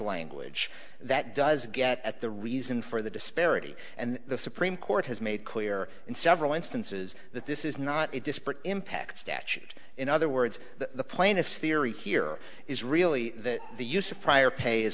language that does get at the reason for the disparity and the supreme court has made clear in several instances that this is not a disparate impact statute in other words the plaintiffs theory here is really that the use of prior pay is